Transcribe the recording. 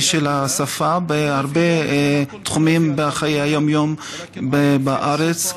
של השפה בהרבה תחומים בחיי היום-יום בארץ,